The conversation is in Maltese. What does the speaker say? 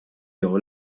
jew